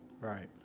Right